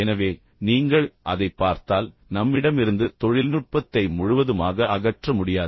எனவே நீங்கள் அதைப் பார்த்தால் நம்மிடமிருந்து தொழில்நுட்பத்தை முழுவதுமாக அகற்ற முடியாது